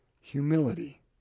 humility